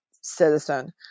citizen